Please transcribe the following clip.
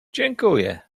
dziękuję